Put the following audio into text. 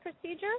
procedure